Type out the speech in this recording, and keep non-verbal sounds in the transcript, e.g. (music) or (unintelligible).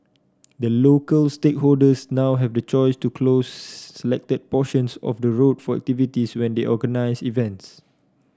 the local stakeholders now have the choice to close (unintelligible) selected portions of the road for activities when they organise events